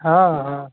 हँ हँ